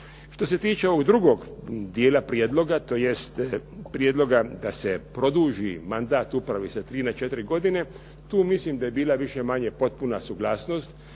Što se tiče ovog drugog dijela prijedloga tj. prijedloga da se produži mandat upravi sa 3 na 4 godine tu mislim da je bila manje-više potpuna suglasnost